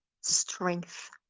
strength